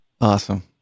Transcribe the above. awesome